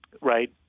right